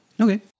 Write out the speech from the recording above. Okay